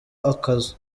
akazu